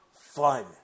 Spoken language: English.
fun